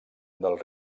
del